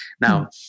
Now